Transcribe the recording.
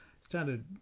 started